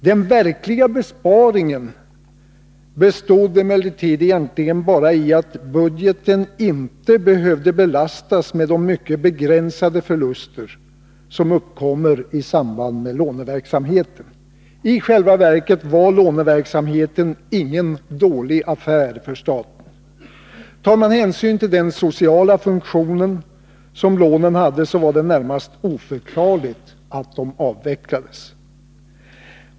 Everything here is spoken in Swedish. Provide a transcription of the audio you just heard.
Den verkliga besparingen bestod egentligen bara i att budgeten inte behövde belastas med de mycket begränsade förluster som uppkommer i samband med låneverksamheten. I själva verket var låneverksamheten ingen dålig affär för staten. Tar man hänsyn till den sociala funktion lånen hade, var det närmast oförklarligt att de avvecklades.